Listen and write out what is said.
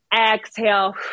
exhale